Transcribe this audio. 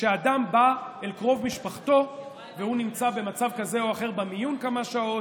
שכשאדם בא אל קרוב משפחתו והוא נמצא במצב כזה או אחר במיון כמה שעות,